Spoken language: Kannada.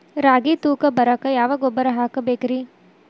ರಾಗಿ ತೂಕ ಬರಕ್ಕ ಯಾವ ಗೊಬ್ಬರ ಹಾಕಬೇಕ್ರಿ?